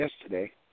yesterday